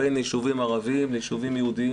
בן ישובים ערבים לישובים יהודים,